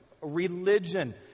religion